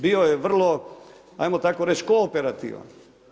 Bio je vrlo hajmo tako reći kooperativan.